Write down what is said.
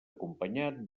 acompanyat